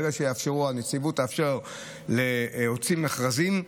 ברגע שהנציבות תאפשר להוציא מכרזים פומביים,